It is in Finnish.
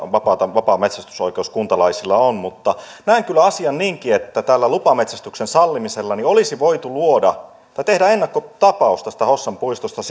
vapaa metsästysoikeus kuntalaisilla on mutta näen kyllä asian niinkin että tällä lupametsästyksen sallimisella olisi voitu tehdä ennakkotapaus hossan puistosta